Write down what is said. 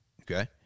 Okay